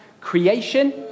creation